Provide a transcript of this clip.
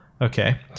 okay